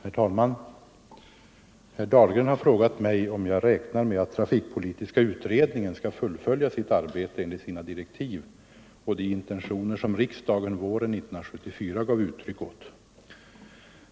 Herr talman! Herr Dahlgren har frågat mig om jag räknar med att trafikpolitiska utredningen skall fullfölja sitt arbete enligt sina direktiv och de intentioner som riksdagen våren 1974 gav uttryck åt.